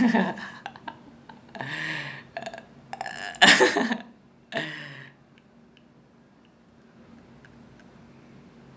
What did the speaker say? eh tamil பாட்டுலா பிரச்சனையே இல்ல:paatulaa pirachanaiyae illa rahman uh rahman yuvan shankar raja anirudh இவங்க எல்லா பாட்டையும் நா கேட்டுகிட்டுதா நா:ivanga ellaa paatayum naa kettukittuthaa naa reproduce பண்ற:pandra